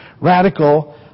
radical